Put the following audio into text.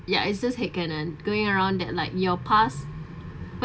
ya I just hate canon going around that like in your past